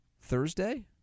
Thursday